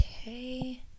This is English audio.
okay